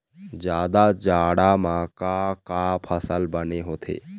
जादा जाड़ा म का का फसल बने होथे?